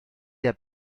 der